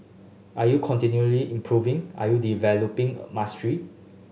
are you continually improving are you developing mastery